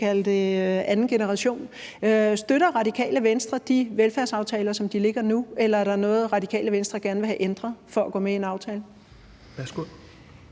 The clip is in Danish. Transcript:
lagt frem her, man kan kalde det anden generation, som de ligger nu, eller er der noget, Radikale Venstre gerne vil have ændret for at gå med i en aftale?